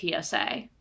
tsa